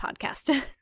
podcast